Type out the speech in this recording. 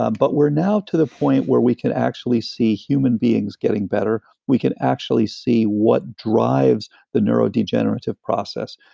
ah but we're now to the point where we can actually see human beings getting better. we can actually see what drives the neurodegenerative process.